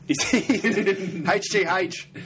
HGH